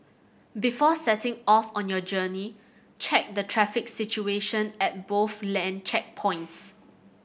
before setting off on your journey check the traffic situation at both land checkpoints